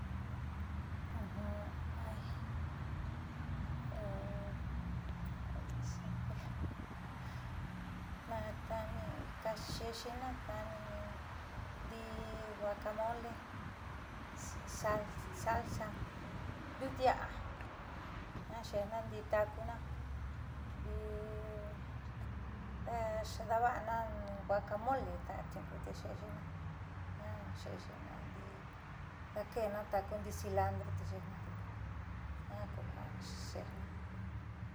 ta xeexina huacamole salsa ndiuutia'a jiaa xeejna ndi tacuna ndii xeedava'ana huacamole ta tiempo te xe'exina jiaa xe'exina adii daake'ena taca ndii cilantro tiuku jiaa ku ja xeejnna.